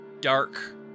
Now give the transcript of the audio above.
dark